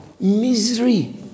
Misery